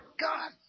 God